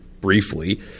briefly